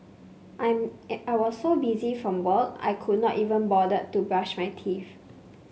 I'm I was so busy from work I could not even bother to brush my teeth